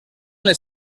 les